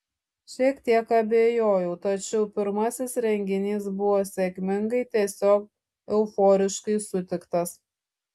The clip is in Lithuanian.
šiek tiek abejojau tačiau pirmasis renginys buvo sėkmingai tiesiog euforiškai sutiktas